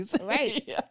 Right